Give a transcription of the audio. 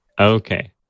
Okay